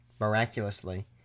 miraculously